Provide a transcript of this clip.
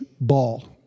ball